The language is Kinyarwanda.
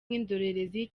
nk’indorerezi